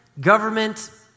government